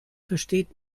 versteht